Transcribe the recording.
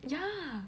yeah